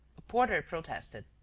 a porter protested.